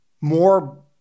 more